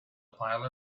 pile